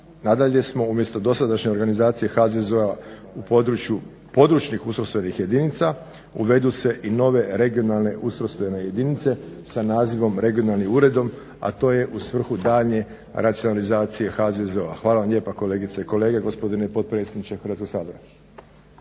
nadalje smo umjesto dosadašnje organizacije HZZO-a područnih ustrojstvenih jedinica uvedu se i nove regionalne ustrojstvene jedinice sa nazivom regionalnim uredom a to je u svrhu daljnje racionalizacije HZZO-a. Hvala vam lijepa kolegice i kolege, gospodine potpredsjedniče Hrvatskog sabora.